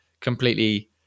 completely